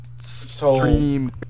stream